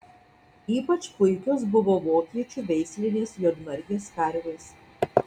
ypač puikios buvo vokiečių veislinės juodmargės karvės